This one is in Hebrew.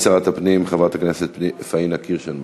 שר הפנים חברת הכנסת פניה קירשנבאום.